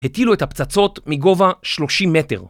הטילו את הפצצות מגובה 30 מטר